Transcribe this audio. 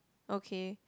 okay